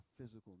physical